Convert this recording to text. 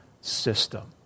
system